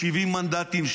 70 מנדטים,